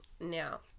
Now